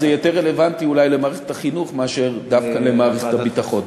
אז זה יותר רלוונטי אולי למערכת החינוך מאשר דווקא למערכת הביטחון.